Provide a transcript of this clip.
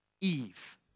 Eve